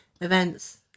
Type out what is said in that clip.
events